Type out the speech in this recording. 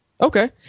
Okay